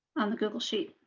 on the google sheet.